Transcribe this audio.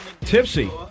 Tipsy